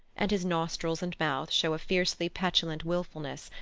and his nostrils and mouth show a fiercely petulant wilfulness,